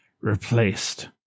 replaced